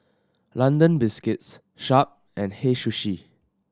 London Biscuits Sharp and Hei Sushi